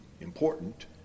important